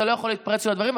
אתה לא יכול להתפרץ לו לדברים.